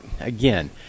again